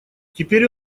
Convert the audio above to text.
теперь